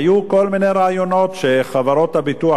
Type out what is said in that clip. היו כל מיני רעיונות שחברות הביטוח,